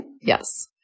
Yes